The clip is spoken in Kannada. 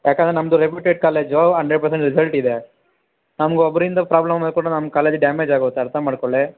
ಯಾಕೆಂದರೆ ನಮ್ಮದು reputed college hundred percent result ಇದೆ ನಮಗೆ ಒಬ್ಬರಿಂದ ಪ್ರಾಬ್ಲಮ್ ಆದ ಕೂಡಲೇ ನಮ್ಮ ಕಾಲೇಜು ಡ್ಯಾಮೇಜ್ ಆಗತ್ತೆ ಅರ್ಥ ಮಾಡಿಕೊಳ್ಳಿ